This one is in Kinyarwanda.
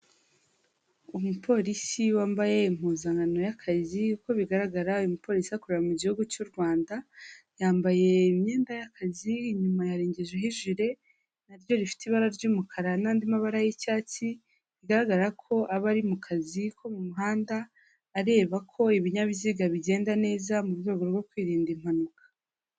Umupolisi wambaye impuzankano y'akazi, uko bigaragara uyu mupolisi akorera mu gihugu cy'u Rwanda, yambaye imyenda y'akazi, inyuma yarengejeho ijire na ryo rifite ibara ry'umukara n'andi mabara y'icyatsi, bigaragara ko aba ari mu kazi ko mu muhanda areba ko ibinyabiziga bigenda neza, mu rwego rwo kwirinda impanuka.